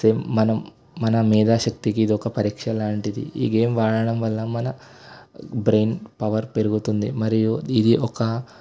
మనం మన మేధాశక్తికి ఇది ఒక పరీక్ష లాంటిది ఈ గేమ్ ఆడడం వల్ల మన బ్రెయిన్ పవర్ పెరుగుతుంది మరియు ఇది ఒక